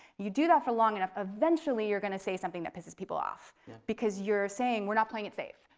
you do that for long enough eventfully you're gonna say something that pisses people off because you're saying, we're not playing it safe.